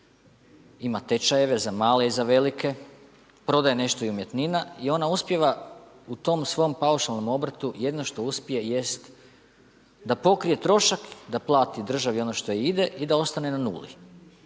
ima tečajeve za male i za velike, prodaje nešto umjetnina i ona uspijeva u tom svom paušalnom obrtu jedino što uspije jest da pokrije trošak, da plati državi ono što ide i da ostane na nuli.